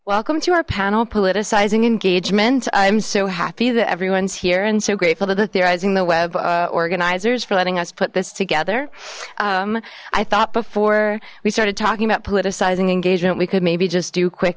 welcome to our panel politicizing engagement i'm so happy that everyone's here and so grateful to the theorizing the web organisers for letting us put this together i thought before we started talking about politicizing engagement we could maybe just do quick